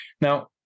Now